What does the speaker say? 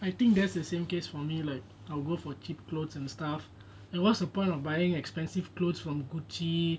I think that's the same case for me like I will go for cheap clothes and stuff and what's the point of buying expensive clothes from gucci